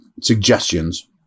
suggestions